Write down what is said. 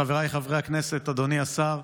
חבריי חברי הכנסת, אדוני השר,